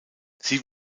sie